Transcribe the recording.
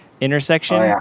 intersection